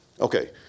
Okay